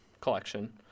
collection